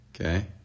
okay